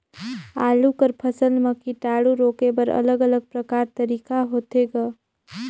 आलू कर फसल म कीटाणु रोके बर अलग अलग प्रकार तरीका होथे ग?